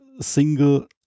single